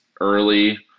early